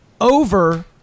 over